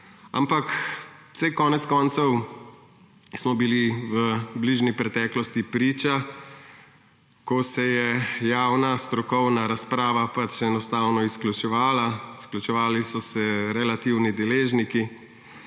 Ampak saj konec koncev smo bili v bližnji preteklosti priča, ko se je javna strokovna razprava enostavno izključevala, izključevali so se relevantni deležniki.